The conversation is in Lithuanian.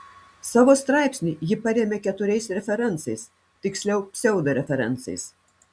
savo straipsnį ji paremia keturiais referencais tiksliau pseudo referencais